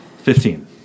Fifteen